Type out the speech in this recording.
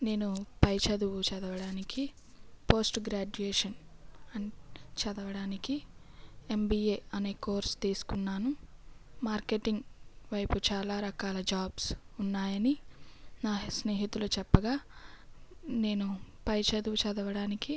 నేను పైచదువు చదవడానికి పోస్ట్ గ్రాడ్యుయేషన్ చదవడానికి ఎంబిఏ అనే కోర్సు తీసుకున్నాను మార్కెటింగ్ వైపు చాలా రకాల జాబ్స్ ఉన్నాయని నా స్నేహితులు చెప్పగా నేను పైచదువు చదవడానికి